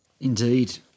Indeed